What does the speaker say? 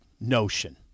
notion